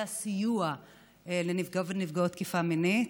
הסיוע לנפגעי ונפגעות תקיפה מינית,